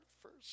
first